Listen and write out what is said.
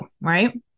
right